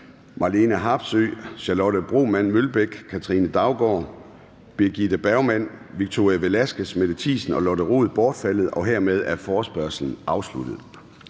Marlene Harpsøe (DD), Charlotte Broman Mølbæk (SF), Katrine Daugaard (LA), Birgitte Bergman (KF), Victoria Velasquez (EL), Mette Thiesen (DF) og Lotte Rod (RV) bortfaldet. Hermed er forespørgslen afsluttet.